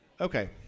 okay